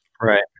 Right